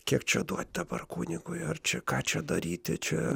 kiek čia duot dabar kunigui ar čia ką čia daryti čia